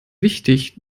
wichtig